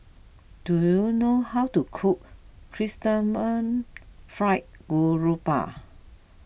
do you know how to cook Chrysanthemum Fried Garoupa